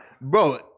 bro